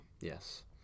Yes